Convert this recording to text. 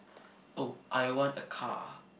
oh I want a car